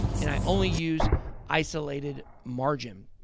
and i only use isolated margin.